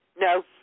No